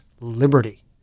liberty